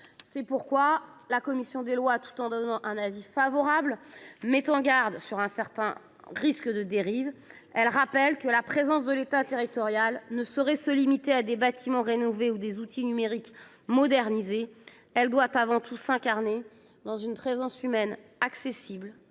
C’est pourquoi la commission des lois, malgré son avis favorable, s’inquiète de certains risques de dérive. Elle rappelle que la présence de l’État territorial ne saurait se limiter à des bâtiments rénovés ou à des outils numériques modernisés. Celle ci doit avant tout s’incarner dans une présence humaine, accessible,